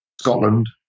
Scotland